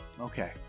Okay